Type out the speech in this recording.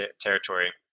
territory